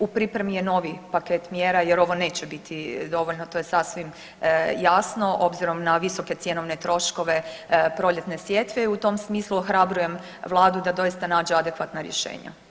U pripremi je novi paket mjera jer ovo neće biti dovoljno to je sasvim jasno, obzirom na visoke cjenovne troškove proljetne sjetve i u tom smislu ohrabrujem Vladu da doista nađe adekvatna rješenja.